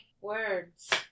words